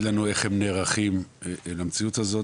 שיגידו לנו איך הם נערכים למציאות הזו,